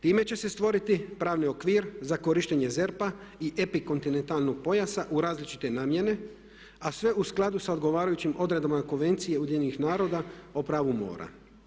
Time će se stvoriti pravni okvir za korištenje ZERP-a i epikontinentalnog pojasa u različite namjene a sve u skladu s odgovarajućim odredbama Konvencije UN-a o pravu mora.